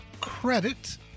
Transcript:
credit